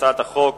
הצעת החוק